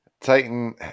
Titan